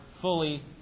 fully